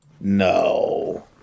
No